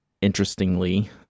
interestingly